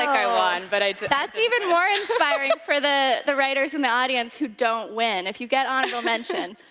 i won, but i didn't. oh, that's even more inspiring for the the writers in the audience who don't win. if you get honorable mention,